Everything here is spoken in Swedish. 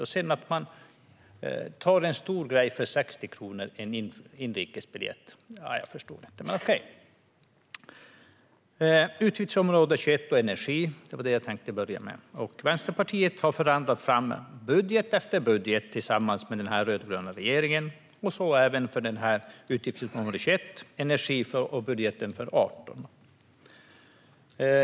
Att det skulle vara en stor grej med 60 kronor på en inrikesbiljett förstår jag inte. Utgiftsområde 21 Energi var det jag tänkte börja med. Vänsterpartiet har förhandlat fram budget efter budget tillsammans med den rödgröna regeringen - så även budgeten för 2018 och utgiftsområde 21 Energi.